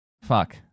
fuck